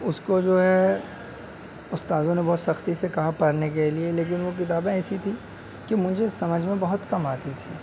اس کو جو ہے استادوں نے بہت سختی سے کہا پڑھنے کے لیے لیکن وہ کتابیں ایسی تھیں کہ مجھے سمجھ میں بہت کم آتی تھی